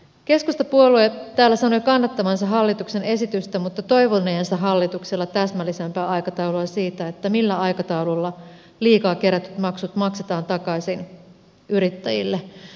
keskustapuolue täällä sanoi kannattavansa hallituksen esitystä mutta toivoneensa hallitukselta täsmällisempää aikataulua siitä millä aikataululla liikaa kerätyt maksut maksetaan takaisin yrittäjille